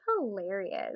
hilarious